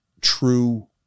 true